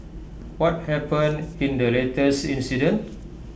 what happened in the latest incident